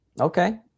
Okay